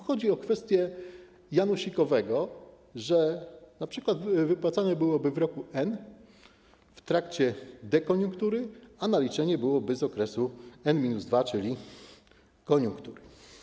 Chodzi o kwestię janosikowego, że np. wypłacane byłoby ono w roku n w trakcie dekoniunktury, a naliczenie byłoby z okresu n-2, czyli koniunktury.